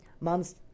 mom's